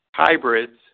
hybrids